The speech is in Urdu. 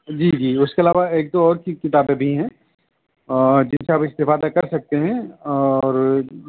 جی جی اس کے علاوہ ایک دو اور کتابیں بھی ہیں اور جس سے آپ استفادہ کر سکتے ہیں اور